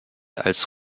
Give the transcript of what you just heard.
als